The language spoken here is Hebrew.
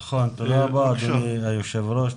נכון, תודה רבה אדוני היושב ראש.